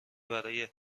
برای